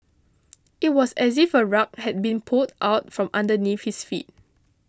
it was as if a rug had been pulled out from underneath his feet